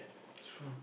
true